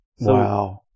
Wow